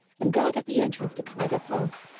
and guarded the entrance to khyber pass.